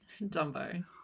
Dumbo